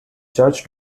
church